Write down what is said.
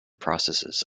processes